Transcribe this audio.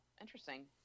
interesting